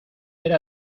era